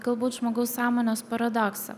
galbūt žmogaus sąmonės paradoksą